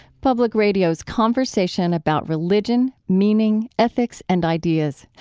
public radio's conversation about religion, meaning, ethics and ideas.